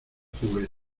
juguete